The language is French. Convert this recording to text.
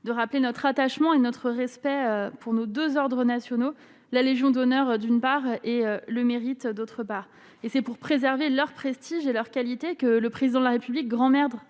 de rappeler notre attachement et notre respect pour nos 2 ordres nationaux la Légion d'honneur d'une part et le mérite, d'autre part, et c'est pour préserver leur prestige et leur qualité, que le président de la République grand-mère